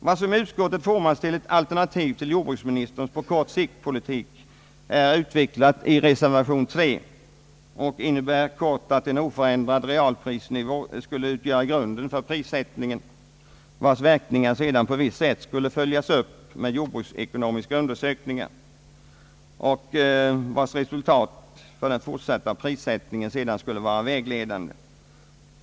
Vad som i utskottet formats som ett alternativ till jordbruksministerns kortsiktspolitik är utvecklat i reservation 3 och innebär att en oförändrad realprisnivå skulle utgöra grunden för prissättningen, vars verkningar sedan på visst sätt skulle följas upp med jordbruksekonomiska undersökningar vilkas resultat skulle bli vägledande för den fortsatta prissättningen.